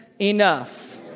enough